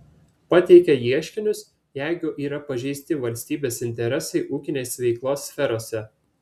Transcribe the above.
pateikia ieškinius jeigu yra pažeisti valstybės interesai ūkinės veiklos sferose